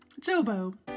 Jobo